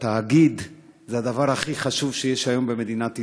שהתאגיד זה הדבר הכי חשוב שיש היום במדינת ישראל.